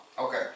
Okay